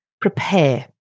Prepare